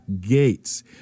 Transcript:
gates